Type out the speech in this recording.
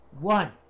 one